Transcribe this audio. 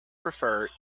prefer